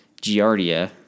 Giardia